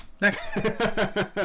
next